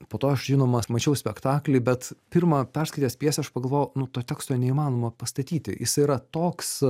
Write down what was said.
po to aš žinoma mačiau spektaklį bet pirma perskaitęs pjesę aš pagalvojau nu to teksto neįmanoma pastatyti jis yra toks